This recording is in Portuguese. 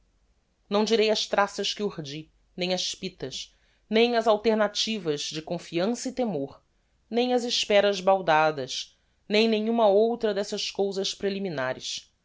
não direi as traças que urdi nem as pitas nem as alternativas de confiança e temor nem as esperas baldadas nem nenhuma outra dessas cousas preliminares